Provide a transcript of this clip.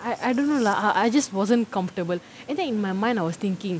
I I don't know lah I I just wasn't comfortable and then in my mind I was thinking